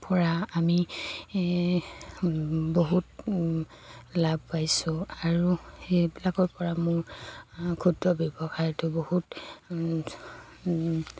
পৰা আমি বহুত লাভ পাইছোঁ আৰু সেইবিলাকৰপৰা মোৰ ক্ষুদ্ৰ ব্যৱসায়টো বহুত